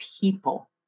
people